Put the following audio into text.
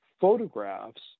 photographs